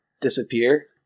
disappear